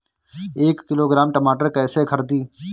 एक किलोग्राम टमाटर कैसे खरदी?